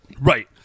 Right